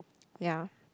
ya